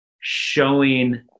showing